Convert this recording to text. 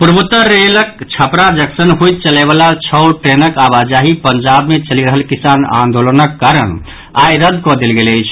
पूर्वोतर रेलक छपरा जंक्शन होयत चलयवला छओ ट्रेनक आवाजाहि पंजाव मे चलि रहल किसान आन्दोलनक कारण आइ रद्द कऽ देल गेल अछि